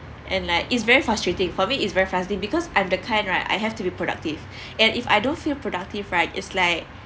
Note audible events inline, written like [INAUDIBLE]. and like it's very frustrating for me it's very frustrating because I'm the kind right I have to be productive [BREATH] and if I don't feel productive right it's like